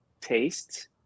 taste